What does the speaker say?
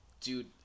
dude